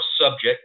subject